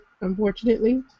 unfortunately